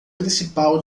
principal